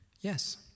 yes